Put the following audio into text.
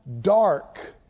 dark